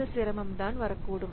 இந்த சிரமம் தான் வரக்கூடும்